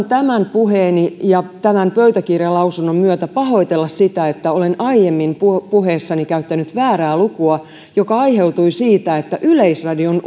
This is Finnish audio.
tämän puheeni ja tämän pöytäkirjalausunnon myötä pahoitella sitä että olen aiemmin puheessani käyttänyt väärää lukua mikä aiheutui siitä että yleisradion